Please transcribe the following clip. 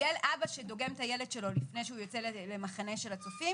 אבא שדוגם את הילד שלו לפני שהוא יוצא למחנה של הצופים